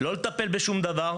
לא לטפל בשום דבר,